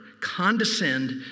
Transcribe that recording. condescend